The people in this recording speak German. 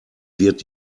wird